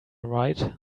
right